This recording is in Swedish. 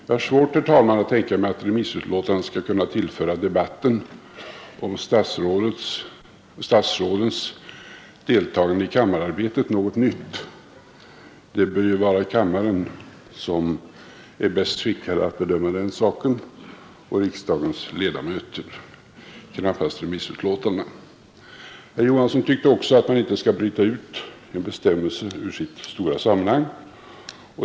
Jag har svårt, herr talman, att tänka mig att remissutlåtandena skall kunna tillföra debatten om statsrådens deltagande i kammararbetet något nytt. Det bör ju vara kammaren och riksdagens ledamöter som är bäst skickade att bedöma den saken, knappast remissinstanserna. Herr Johansson tyckte också att man inte skall bryta ut en bestämmelse ur dess stora sammanhang.